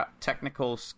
technical